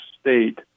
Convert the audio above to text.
state